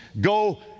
go